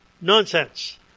Nonsense